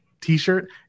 t-shirt